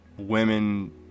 women